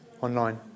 online